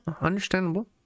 understandable